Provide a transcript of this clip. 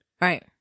Right